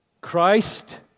Christ